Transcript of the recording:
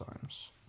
times